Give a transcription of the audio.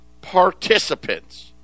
participants